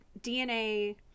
DNA